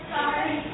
Sorry